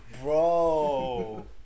Bro